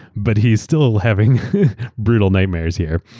but he's still having brutal nightmares here.